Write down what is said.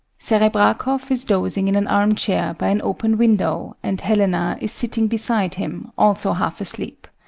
serebrakoff is dozing in an arm-chair by an open window and helena is sitting beside him, also half asleep.